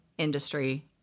industry